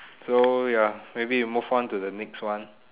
so ya maybe we move on to the next one